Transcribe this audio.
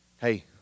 Hey